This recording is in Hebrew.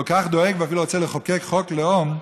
כך דואג ואפילו רוצה לחוקק חוק לאום,